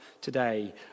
today